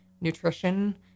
nutrition